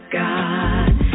God